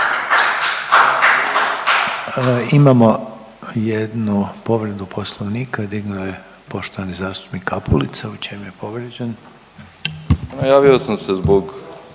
Imamo jednu povedu Poslovnika, dignuo je poštovani zastupnik Kapulica. U čem je povrijeđen? **Kapulica, Mario